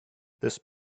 this